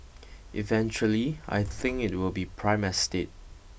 eventually I think it will be prime estate